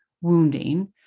wounding